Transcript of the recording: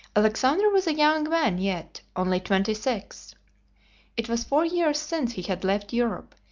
alexander was a young man yet, only twenty-six. it was four years since he had left europe,